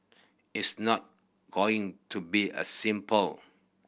it's not going to be a simple